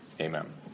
amen